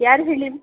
ಯಾರು ಹೇಳಿ